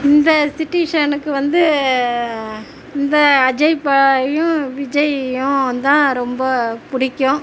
இந்த சிட்டிஷனுக்கு வந்து இந்த அஜய் பயும் விஜயும் தான் ரொம்ப பிடிக்கும்